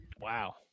Wow